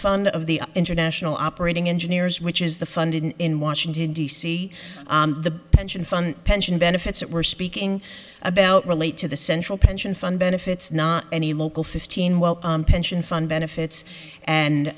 fund of the international operating engineers which is the funded in washington d c the pension fund pension benefits that we're speaking about relate to the central pension fund benefits not any local fifteen well pension fund